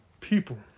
people